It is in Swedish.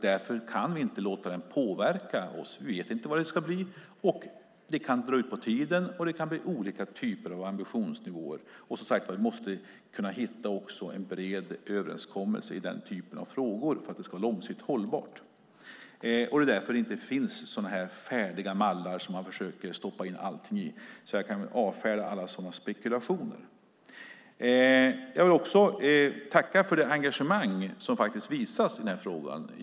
Därför kan vi inte låta den påverka oss. Vi vet inte vad det ska bli. Det kan dra ut på tiden och bli olika ambitionsnivåer. Som sagt måste vi också kunna hitta en bred överenskommelse i den typen av frågor för att det ska vara långsiktigt hållbart. Det är därför det inte finns färdiga mallar som man försöker stoppa in allting i. Jag kan avfärda alla sådana spekulationer. Jag vill tacka för det engagemang som visas i denna fråga.